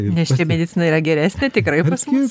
nes čia medicina yra geresnė tikrai pas mus